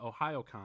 OhioCon